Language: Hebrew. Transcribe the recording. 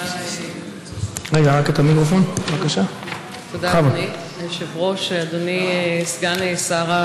אני מבקשת לשאול אותך, אדוני סגן השר: